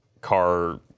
car